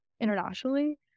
internationally